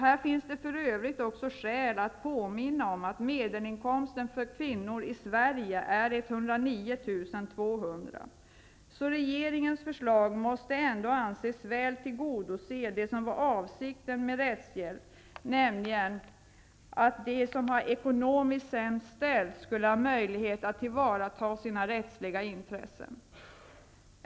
Här finns det för övrigt också skäl att påminna om att medelinkomsten för kvinnor i Sverige är 109 200 kr. Regeringens förslag måste ändå anses väl tillgodose det som var avsikten med rättshjälpen, nämligen att de som har det ekonomiskt sämst ställt skulle ha möjlighet att tillvarata sina rättsliga intressen.